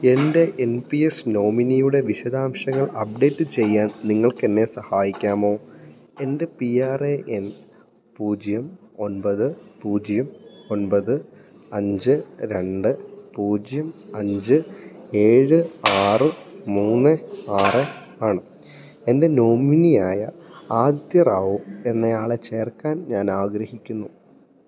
എൻ്റെ N P S നോമിനിയുടെ വിശദാംശങ്ങൾ അപ്ഡേറ്റ് ചെയ്യാൻ നിങ്ങൾക്കെന്നെ സഹായിക്കാമോ എൻ്റെ പി ആറെ എൻ പൂജ്യം ഒൻപത് പൂജ്യം ഒൻപത് അഞ്ച് രണ്ട് പൂജ്യം അഞ്ച് ഏഴ് ആറ് മൂന്ന് ആറ് ആണ് എൻ്റെ നോമിനിയായ ആദിത്യ റാവു എന്നയാളെ ചേർക്കാൻ ഞാനാഗ്രഹിക്കുന്നു